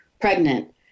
pregnant